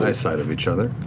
eyesight of each other.